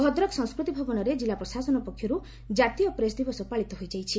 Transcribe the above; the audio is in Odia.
ଭଦ୍ରକ ସଂସ୍କୃତି ଭବନରେ କିଲ୍ଲା ପ୍ରଶାସନ ପକ୍ଷରୁ ଜାତୀୟ ପ୍ରେସ୍ ଦିବସ ପାଳିତ ହୋଇଯାଇଛି